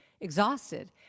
exhausted